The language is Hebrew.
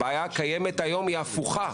הבעיה הקיימת היום היא הפוכה,